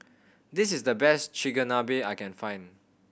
this is the best Chigenabe I can find